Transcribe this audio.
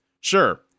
Sure